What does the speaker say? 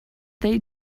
they